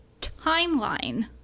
timeline